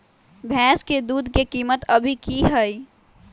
भैंस के दूध के कीमत अभी की हई?